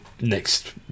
next